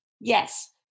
Yes